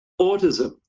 autism